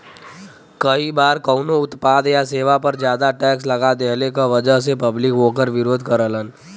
कई बार कउनो उत्पाद या सेवा पर जादा टैक्स लगा देहले क वजह से पब्लिक वोकर विरोध करलन